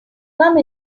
come